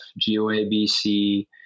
GOABC